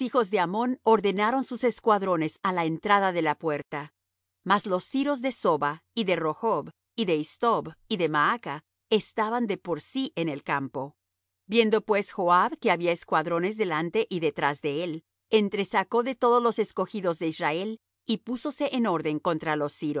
ammón ordenaron sus escuadrones á la entrada de la puerta mas los siros de soba y de rehob y de is tob y de maaca estaban de por sí en le campo viendo pues joab que había escuadrones delante y detrás de él entresacó de todos los escogidos de israel y púsose en orden contra los